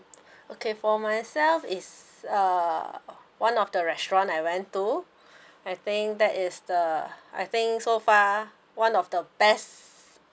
okay for myself is uh one of the restaurant I went to I think that is the I think so far one of the best